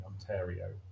Ontario